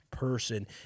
person